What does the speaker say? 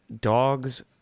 dogs